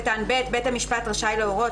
"(ב)בית המשפט רשאי להורות,